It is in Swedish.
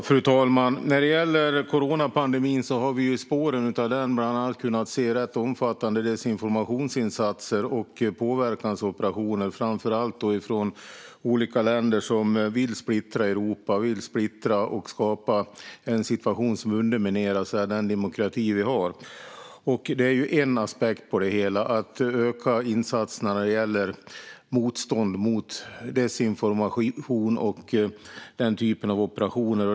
Fru talman! Vi har i spåren av coronapandemin bland annat kunnat se rätt omfattande desinformationsinsatser och påverkansoperationer, framför allt från olika länder som vill splittra Europa och skapa en situation som underminerar den demokrati vi har. Det är en aspekt på det hela: att öka insatserna när det gäller motstånd mot desinformation och den typen av operationer.